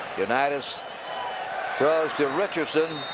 unitas throws to richardson.